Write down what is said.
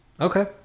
Okay